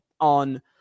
on